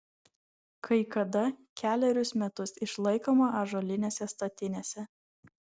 kai kada kelerius metus išlaikoma ąžuolinėse statinėse